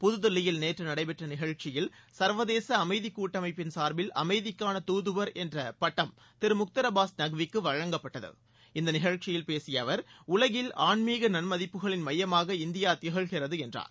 புதுதில்லியில் நேற்று நடைபெற்ற நிகழ்ச்சியில் சர்வதேச அமைதி கூட்டமைப்பின் சார்பில் அமைதிக்கான என்ற பட்டம் துதுவர் திரு முக்தார் அப்பாஸ் நக்விக்கு வழங்கப்பட்டது இந்த நிகழ்ச்சியில் பேசிய அவர் உலகில் ஆன்மீக நன்மதிப்புகளின் மையமாக இந்தியா திகழ்கிறது என்றார்